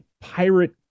pirate